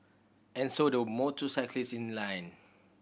and so the motorcyclist in line